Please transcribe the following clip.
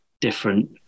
different